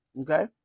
Okay